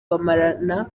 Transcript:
bamarana